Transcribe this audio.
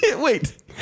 Wait